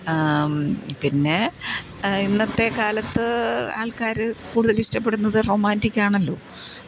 പിന്നെ ഇന്നത്തെ കാലത്ത് ആൾക്കാർ കൂടുതൽ ഇഷ്ടപ്പെടുന്നത് റൊമാൻറിക്ക് ആണല്ലോ